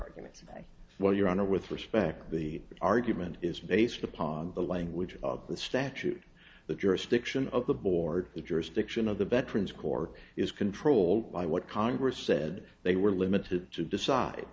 argument well your honor with respect the argument is based upon the language of the statute the jurisdiction of the board the jurisdiction of the veterans court is controlled by what congress said they were limited to decide